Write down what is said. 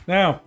Now